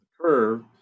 curve